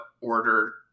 order